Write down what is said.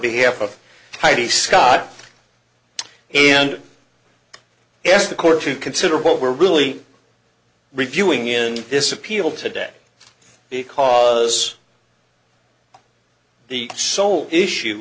behalf of heidi scott and ask the court to consider what we're really reviewing in this appeal today because the sole issue